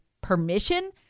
permission